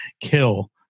kill